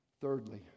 Thirdly